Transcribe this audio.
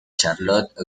charlotte